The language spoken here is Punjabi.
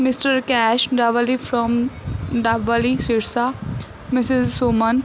mister cash double E from Dabwali Sirsa Mrs Suman